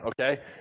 okay